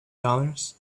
dollars